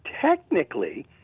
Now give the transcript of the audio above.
technically